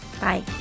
Bye